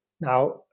Now